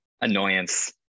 annoyance